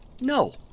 No